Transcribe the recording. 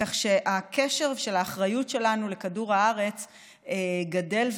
כך שהקשר של האחריות שלנו לכדור הארץ גדל ועולה,